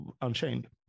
Unchained